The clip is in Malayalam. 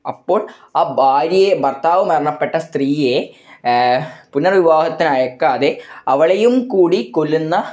അപ്പോൾ ആ ഭാര്യയെ ഭർത്താവ് മരണപ്പെട്ട സ്ത്രീയെ പുനർവിവാഹത്തിന് അയയ്ക്കാതെ അവളെയും കൂടി കൊല്ലുന്ന